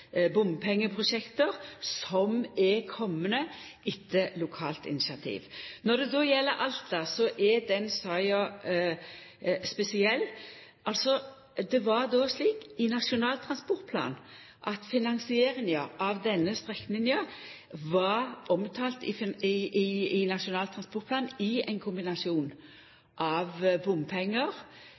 som er komne etter lokalt initiativ. Når det gjeld Alta, er den saka spesiell. Det er slik at finansieringa av denne strekninga var omtalt i Nasjonal transportplan som ein kombinasjon av bompengar